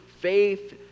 faith